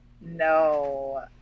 No